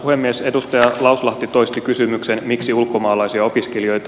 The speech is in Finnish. edustaja lauslahti toisti kysymyksen miksi ulkomaalaisia opiskelijoita